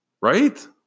Right